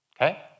Okay